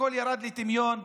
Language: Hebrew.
הכול ירד לטמיון.